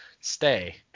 stay